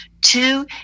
Two